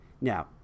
Now